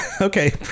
Okay